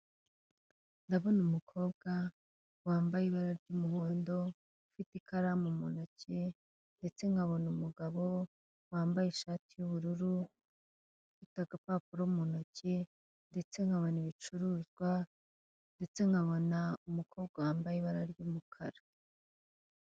Ndabona umukobwa wambaye ibara ry'umuhondo, ufite ikaramu mu ntoki ndetse nkabona umugabo wambaye ishati y'ubururu ufite agapapuro mu ntoki ndetse nkabona ibicuruzwa ndetse nkabona umukobwa wambaye ibara ry'umukara.